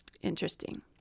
Interesting